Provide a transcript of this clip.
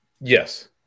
Yes